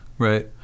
Right